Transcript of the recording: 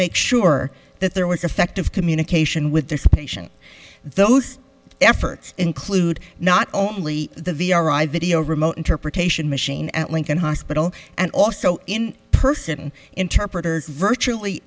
make sure that there was affective communication with the patient those efforts include not only the v r i video remote interpretation machine at lincoln hospital and also in person interpreters virtually